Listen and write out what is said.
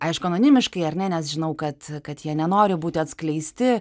aišku anonimiškai ar ne nes žinau kad kad jie nenori būti atskleisti